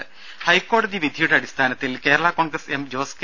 രുമ ഹൈക്കോടതി വിധിയുടെ അടിസ്ഥാനത്തിൽ കേരളാ കോൺഗ്രസ് എം ജോസ് കെ